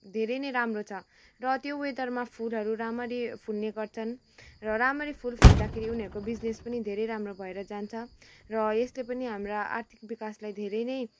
धेरै नै राम्रो छ र त्यो वेदरमा फुलहरू राम्ररी फुल्ने गर्छन् र राम्ररी फुल फुल्दाखेरि उनीहरूको बिजनेस पनि धेरै राम्रो भएर जान्छ र यसले पनि हाम्रा आर्थिक बिकासलाई धेरै नै